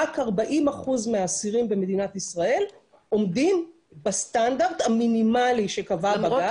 רק 40% מהאסירים במדינת ישראל עומדים בסטנדרט המינימלי שקבע בג"ץ,